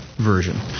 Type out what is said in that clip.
version